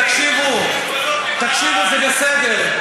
תקשיבו, זה בסדר.